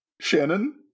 Shannon